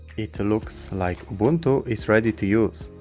it looks like ubuntu is ready to use.